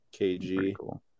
kg